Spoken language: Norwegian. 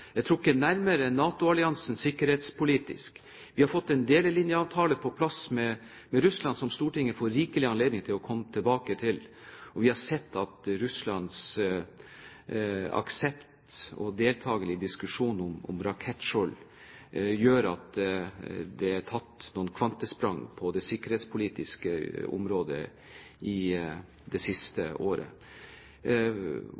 som Stortinget får rikelig anledning til å komme tilbake til. Vi har sett at Russlands aksept for og deltakelse i diskusjonen om rakettskjold gjør at det er tatt noen kvantesprang på det sikkerhetspolitiske området i det siste